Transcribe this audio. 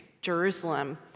Jerusalem